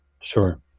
Sure